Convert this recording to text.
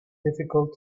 difficult